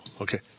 Okay